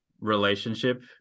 relationship